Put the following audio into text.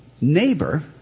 Neighbor